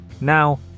Now